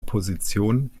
opposition